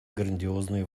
грандиозные